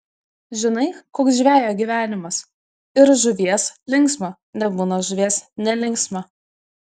žinai koks žvejo gyvenimas yr žuvies linksma nebūna žuvies nelinksma